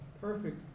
perfect